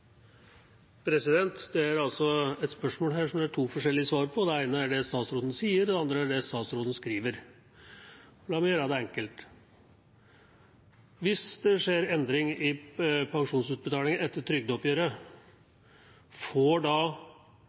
forskjellige svar på. Det ene er det statsråden sier, det andre er det statsråden skriver. La meg gjøre det enkelt: Hvis det skjer endring i pensjonsutbetalinger etter trygdeoppgjøret, får